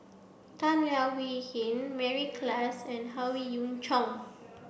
Tan Leo Wee Hin Mary Klass and Howe Yoon Chong